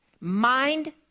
Mind